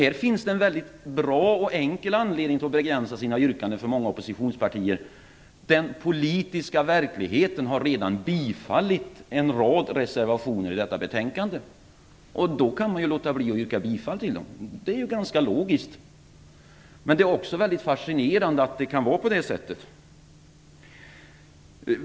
Här finns det en väldigt bra och enkel anledning att begränsa sina yrkanden för många oppositionspartier: Den politiska verkligheten har redan bifallit en rad reservationer i detta betänkande. Då kan man låta bli att yrka bifall till dem. Det är ganska logiskt, men det är också väldigt fascinerande att det kan vara på det sättet.